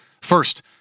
First